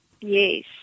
Yes